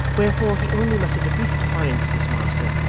wherefore, he only muttered a brief defiance of his master,